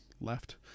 left